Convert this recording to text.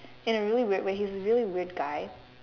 in a really weird way he was a really guy